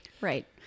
Right